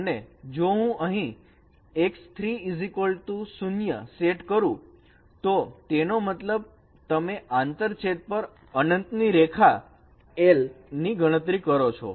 અને જો હું અહીં x30 સેટ કરું તો તેનો મતલબ તમે આંતરછેદ પર અનંત ની રેખા l ની ગણતરી કરો છો